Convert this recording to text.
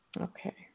Okay